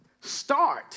start